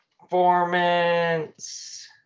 performance